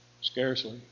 Scarcely